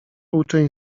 uczeń